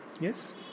Yes